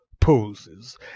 poses